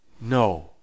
No